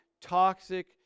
toxic